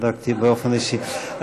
בדקתי באופן אישי.